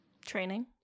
Training